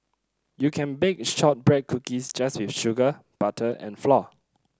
you can bake shortbread cookies just with sugar butter and flour